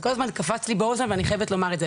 זה כל הזמן קפץ לי באוזן ואני חייבת לומר את זה.